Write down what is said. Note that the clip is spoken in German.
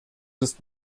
ist